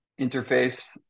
interface